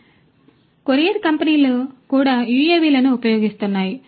కాబట్టి కొరియర్ కంపెనీలు కూడా యుఎవిలను ఉపయోగిస్తున్నాయి